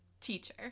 Teacher